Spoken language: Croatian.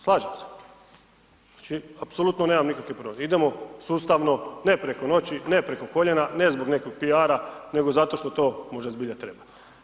Slažem se, znači apsolutno nemam nikakvi … [[Govornik se ne razumije]] idemo sustavno, ne preko noći, ne preko koljena, ne zbog nekog piara, nego zato što to možda zbilja treba.